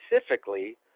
specifically